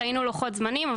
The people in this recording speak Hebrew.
ראינו לוחות זמנים,